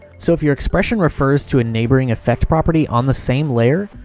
so, if your expression refers to a neighboring effect property on the same layer,